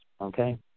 Okay